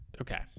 Okay